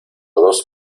dos